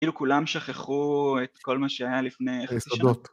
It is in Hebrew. כאילו כולם שכחו את כל מה שהיה לפני